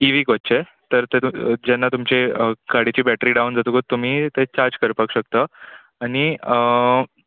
इ week वच्चे तर तातून जेन्ना तुमचे गाडयेची बॅट्री डावन जातकच तुमी ते चार्ज करपाक शकता आनी